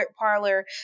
parlor